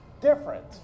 different